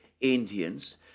indians